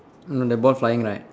no the ball flying right